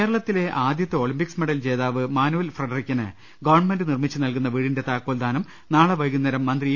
കേരളത്തിലെ ആദ്യത്തെ Olympics medal ജേതാവ് മാനുവൽ ഫ്രെഡറിക്കിന് ഗവൺമെന്റ് നിർമ്മിച്ച് നൽകുന്ന വീടിന്റെ താ ക്കോൽദാനം നാളെ വൈകുന്നേരം മന്ത്രി ഇ